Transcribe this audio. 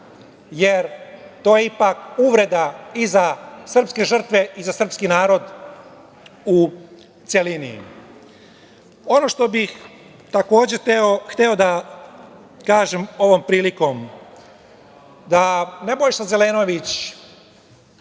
jer to je ipak uvreda i za srpske žrtve i za srpski narod u celini. Ono što bih takođe hteo da kažem ovom prilikom, da Nebojša Zelenović